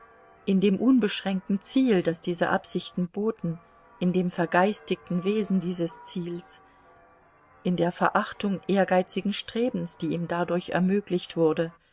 in dem unbeschränkten ziel das diese absichten boten in dem vergeistigten wesen dieses ziels in der verachtung ehrgeizigen strebens die ihm dadurch ermöglicht wurde